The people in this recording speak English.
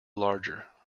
larger